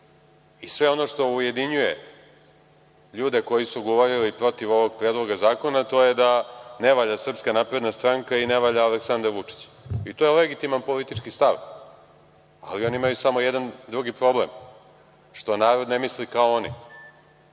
I sve ono što ujedinjuje ljude koji su govorili protiv ovog predloga zakona, to je da ne valja SNS i ne valja Aleksandar Vučić i to je legitiman politički stav, ali oni imaju samo jedan drugi problem. Što narod ne misli kao oni.